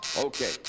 Okay